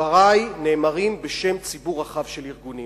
דברי נאמרים בשם ציבור רחב של ארגונים.